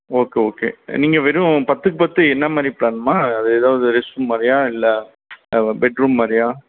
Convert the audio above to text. okay okay நீங்கள் வெறும் பத்துக்கு பத்து என்னமாதிரி பிளானும்மா அது ஏதாவது ரெஸ்ட் ரூம் மாதிரியா இல்லை பெட்ரூம் மாதிரியா